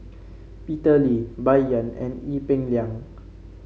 Peter Lee Bai Yan and Ee Peng Liang